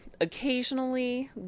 occasionally